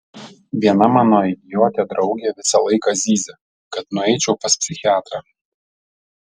viena mano idiotė draugė visą laiką zyzia kad nueičiau pas psichiatrą